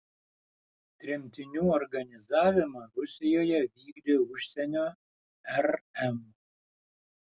tremtinių organizavimą rusijoje vykdė užsienio rm